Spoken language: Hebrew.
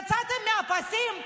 ירדתם מהפסים?